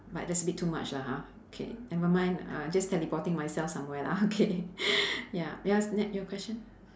but that's a bit too much lah ha okay never mind uh just teleporting myself somewhere lah okay ya yes ne~ your question